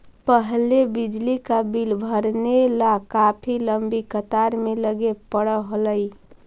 पहले बिजली का बिल भरने ला काफी लंबी कतार में लगे पड़अ हलई